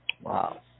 Wow